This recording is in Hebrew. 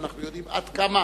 ואנחנו יודעים עד כמה